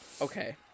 Okay